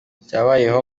cyabayeho